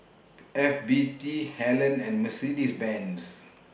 F B T Helen and Mercedes Benz